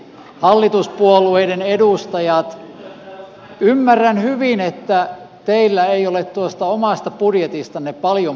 hallituspuolueiden edustajat ymmärrän hyvin että teillä ei ole tuosta omasta budjetistanne paljon puhuttavaa